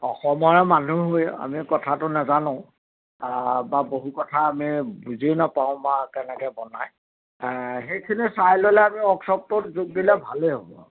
অসমৰে মানুহ হৈ আমি কথাটো নাজানো বা বহু কথা আমি বুজিয়ো নাপাওঁ বা কেনেকৈ বনাই সেইখিনি চাই ল'লে আমি ৱৰ্কশ্ব'পটোত যোগ দিলে ভালেই হ'ব আৰু